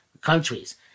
countries